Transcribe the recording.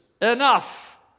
enough